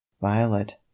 Violet